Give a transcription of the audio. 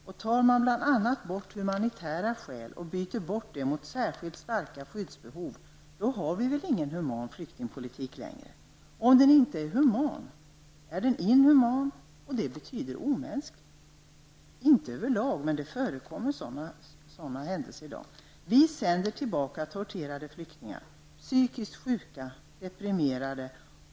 Om man t.ex. byter bort ''humanitära skäl'' mot ''särskilt starka skyddsbehov'' har vi väl ingen human flyktingpolitik längre. Om den inte är human är den inhuman, och det betyder omänsklig. Det är inte så över lag, men det förekommer. Vi sänder tillbaka torterade flyktingar, psykiskt sjuka och deprimerade personer.